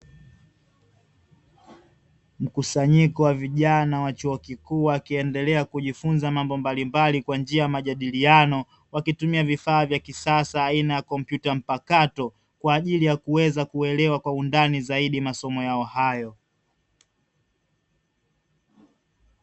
Mkusanyiko wa vijana wa chuo kikuu wakiendelea kujifunza mambo mbalimbali kwa njia ya majadiliano, wakitumia vifaa vya kisasa aina ya kompyuta mpakato kwa ajili ya kuweza kuelewa kwa undani zaidi masomo yao hayo.